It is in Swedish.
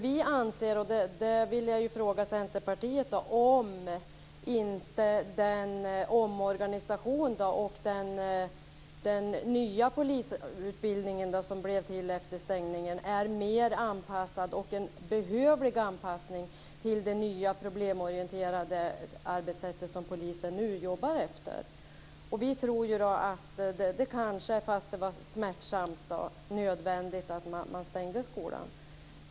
Jag vill fråga Centerpartiet om inte den omorganisation och den nya polisutbildning som kom till efter stängningen är mer anpassad - och en behövlig anpassning - till det nya, problemorienterade arbetssätt som polisen nu jobbar med. Vi tror att det kanske, fast det var smärtsamt, var nödvändigt att stänga skolan.